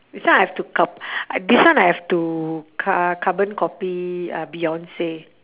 this one I have to carb~ this one I have to car~ carbon copy uh beyonce